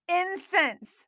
incense